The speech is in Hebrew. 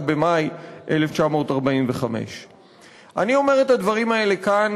במאי 1945. אני אומר את הדברים האלה כאן,